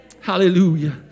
Hallelujah